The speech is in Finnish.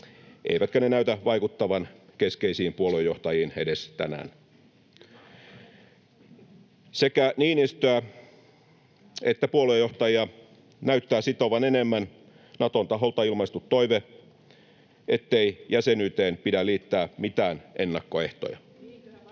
eivätkä ne näytä vaikuttavan keskeisiin puoluejohtajiin edes tänään. [Sebastian Tynkkynen: Ei hyvää päivää!] Sekä Niinistöä että puoluejohtajia näyttää sitovan enemmän Naton taholta ilmaistu toive, ettei jäsenyyteen pidä liittää mitään ennakkoehtoja.